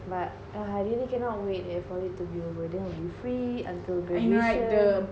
but I really cannot wait for it to be over and the we will be free until graduation